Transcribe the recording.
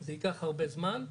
זה ייקח הרבה זמן.